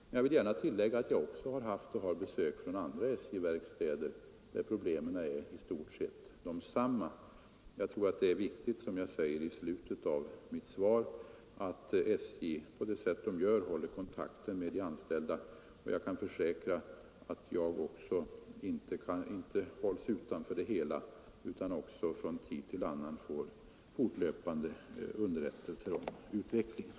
Men jag vill tillägga att jag också har haft och har besök från andra SJ-verkstäder där problemen är i stort sett desamma. Jag har alltså kontakter med de anställda, och jag kan därför försäkra att jag inte hålls utanför vad som sker, utan jag får från tid till annan fortlöpande underrättelser om utvecklingen.